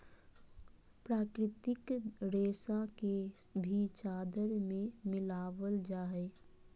प्राकृतिक रेशा के भी चादर में मिलाबल जा हइ